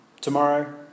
tomorrow